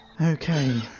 Okay